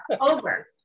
over